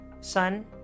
son